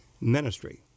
ministry